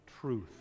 truth